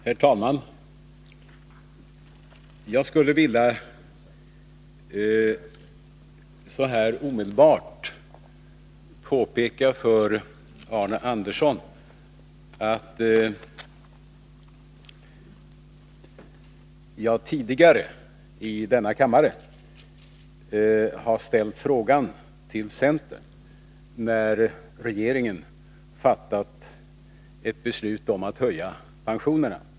Herr talman! Jag skulle inledningsvis vilja fråga Arne Andersson i Gustafs: När har regeringen fattat några beslut om att höja pensionerna?